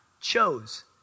chose